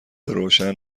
روشن